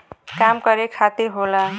काम करे खातिर होला